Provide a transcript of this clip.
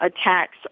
attacks